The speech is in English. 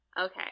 Okay